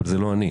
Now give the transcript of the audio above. אבל זה לא אני.